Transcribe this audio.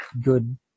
good